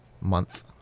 Month